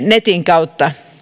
netin kautta